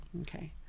Okay